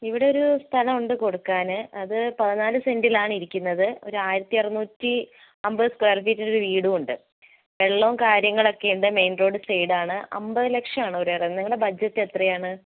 ഇവിടെയൊരു സ്ഥലമുണ്ട് കൊടുക്കാൻ അത് പതിനാല് സെന്റിലാണ് ഇരിക്കുന്നത് ഒരായിരത്തി അറുനൂറ്റി അൻപത് സ്ക്വയർ ഫീറ്റ് ഒരു വീടുണ്ട് വെള്ളവും കാര്യങ്ങളൊക്കെയുണ്ട് മെയിൻ റോഡ് സൈഡാണ് അൻപത് ലക്ഷം ആണ് അവർ പറയുന്നത് നിങ്ങടെ ബഡ്ജറ്റ് എത്രയാണ്